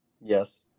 Yes